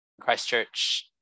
Christchurch